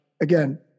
again